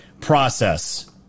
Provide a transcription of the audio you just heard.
process